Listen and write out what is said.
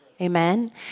Amen